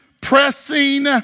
pressing